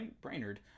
Brainerd